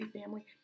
family